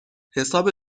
حساب